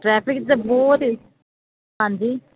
traffic ਤਾਂ ਬਹੁਤ ਹੀ ਹਾਂਜੀ